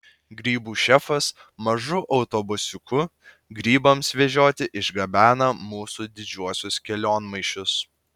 grybų šefas mažu autobusiuku grybams vežioti išgabena mūsų didžiuosius kelionmaišius